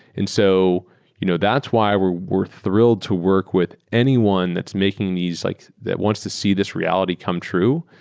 and so you know that's why we're we're thrilled to work with anyone that's making these like that wants to see this reality come true,